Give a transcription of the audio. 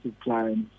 clients